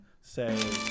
say